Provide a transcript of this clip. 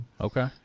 Okay